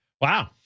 Wow